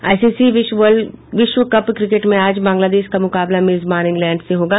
ICC विश्व cup cricket में आज बांग्लादेश का मुकाबला मेजबान इंग्लैंड से होगा